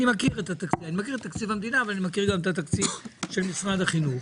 אני מכיר את תקציב המדינה ואני מכיר גם את התקציב של משרד החינוך